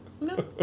no